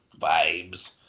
vibes